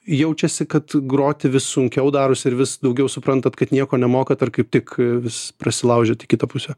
jaučiasi kad groti vis sunkiau darosi ir vis daugiau suprantat kad nieko nemokat ar kaip tik vis prasilaužiat į kitą pusę